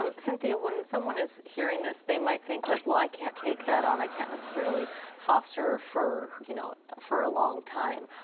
um cynthia, when someone is hearing this, they might think, like well, i can't take that on. i can't necessarily foster for you know for a long time.